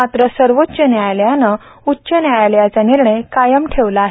मात्र सर्वोच्च न्यायालयानं उच्च न्यायालयाचा निर्णय कायम ठेवला आहे